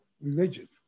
religion